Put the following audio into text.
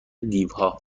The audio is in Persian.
دیوها